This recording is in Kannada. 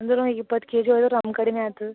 ಅಂದರು ಇಪ್ಪತ್ತು ಕೆ ಜಿ ಒಯ್ಯುರೆ ನಮ್ಮ ಕಡಿನೇ ಆತು